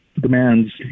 demands